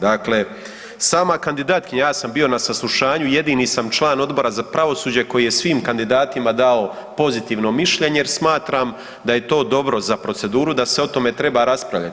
Dakle, sama kandidatkinja, ja sam bio na saslušanju, jedini sam član Odbora za pravosuđe koji je svim kandidatima dao pozitivno mišljenje jer smatram da je to dobro za proceduru, da se o tome treba raspravljati.